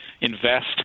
invest